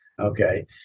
Okay